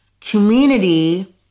community